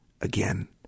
again